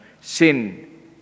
sin